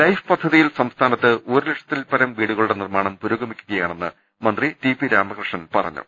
life പദ്ധതിയിൽ സംസ്ഥാനത്ത് ഒരുലക്ഷത്തിൽപരം വീടുകളുടെ നിർമാണം പുരോഗമിക്കുക യാണെന്ന് മന്ത്രി ടി പി രാമകൃഷ്ണൻപറഞ്ഞു